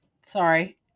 Sorry